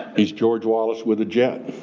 he's george wallace with a jet.